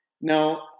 Now